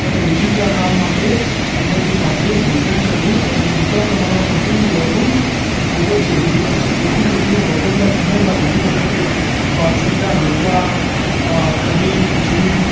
અને રોજિંદા કામ માટે ઍનર્જી માટે ભોજન કરવું અને પૂરતાં પ્રમાણમાં પ્રોટિન મેળવવું એ ખૂબ જ જરૂરી હોય છે જેથી કરીને બપોરના સમયમાં ઘણી વખતે બાજરીના રોટલા કઢી ખિચડી